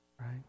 Right